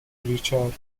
ریچارد